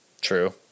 True